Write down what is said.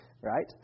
right